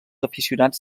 afeccionats